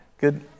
Good